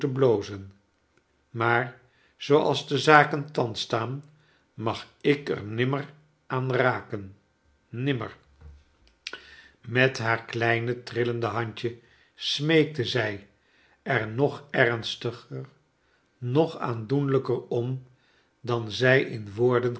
blozen maar zooals de zaken thans staan mag ik er nimmer aan raken nimmer met haar kleine trillende handje smeekte zij er nog ernstiger nog aandoenlijker om dan zij in woorden